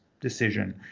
decision